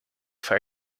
for